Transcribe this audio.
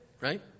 right